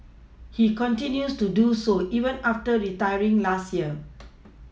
he continues to do so even after retiring last year